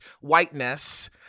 whiteness